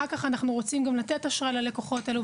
אחר כך אנחנו רוצים גם לתת אשראי ללקוחות האלו,